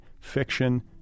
fiction